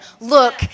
look